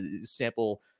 sample